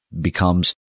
becomes